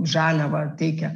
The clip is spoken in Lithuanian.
žaliavą teikia